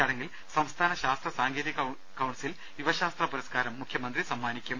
ചടങ്ങിൽ സംസ്ഥാന ശാസ്ത്ര സാങ്കേതിക കൌൺസിൽ യുവശാസ്ത്ര പുരസ്കാരം മുഖ്യമന്ത്രി സമ്മാനിക്കും